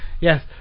Yes